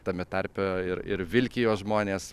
tame tarpe ir ir vilkijos žmonės